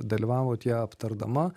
dalyvavot ją aptardama